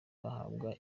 bahabwa